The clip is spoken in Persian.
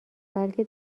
بلکه